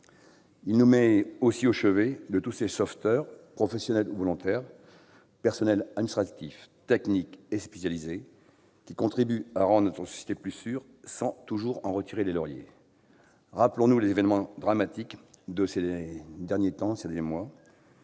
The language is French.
Il se met aussi au chevet de tous ces sauveteurs, professionnels ou volontaires, personnels administratifs, techniques et spécialisés, qui contribuent à rendre notre société plus sûre, sans toujours en recueillir les lauriers. Rappelons-nous les événements dramatiques de ces derniers mois : ils ont mis